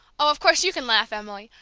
of course, you can laugh, emily.